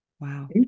Wow